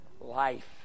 life